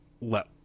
let